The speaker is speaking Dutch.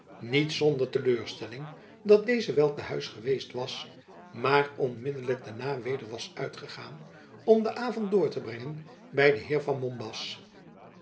niet zonder teleurstelling dat deze wel te huis geweest was maar onmiddelijk daarna weder was uitgegaan om den avond door te brengen by den heer van